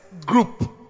group